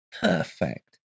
perfect